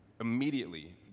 immediately